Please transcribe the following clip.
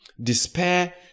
Despair